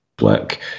work